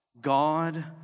God